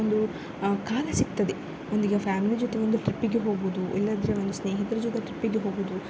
ಒಂದು ಕಾಲ ಸಿಗ್ತದೆ ಒಂದೀಗ ಫ್ಯಾಮಿಲಿ ಜೊತೆಗೆ ಒಂದು ಟ್ರಿಪ್ಪಿಗೆ ಹೋಗೋದು ಇಲ್ಲಾದರೆ ಒಂದು ಸ್ನೇಹಿರ ಜೊತೆ ಟ್ರಿಪ್ಪಿಗೆ ಹೋಗೋದು